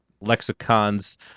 lexicons